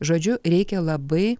žodžiu reikia labai